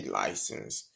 license